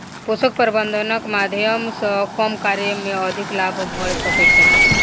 पोषक प्रबंधनक माध्यम सॅ कम कार्य मे अधिक लाभ भ सकै छै